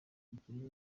dukeneye